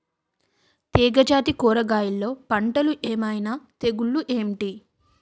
తీగ జాతి కూరగయల్లో పంటలు ఏమైన తెగులు ఏంటి?